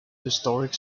historic